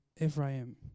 Ephraim